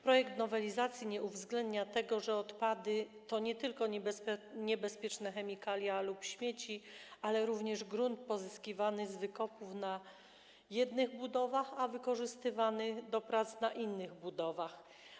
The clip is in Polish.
Projekt nowelizacji nie uwzględnia tego, że odpady to nie tylko niebezpieczne chemikalia lub śmieci, ale to również grunt pozyskiwany z wykopów na jednych budowach, a wykorzystywany do prac na innych budowach.